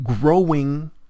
growing